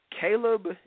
Caleb